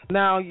now